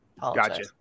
Gotcha